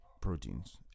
proteins